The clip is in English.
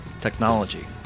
technology